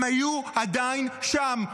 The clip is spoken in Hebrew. הם עדיין היו שם,